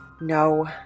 No